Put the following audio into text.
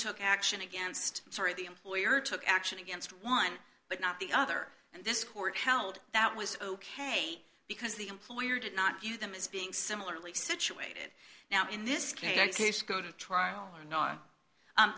took action against sort of the employer took action against one but not the other and this court held that was ok because the employer did not view them as being similarly situated now in this case go to trial